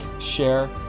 share